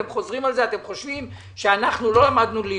אתם חושבים שלא למדנו ליבה.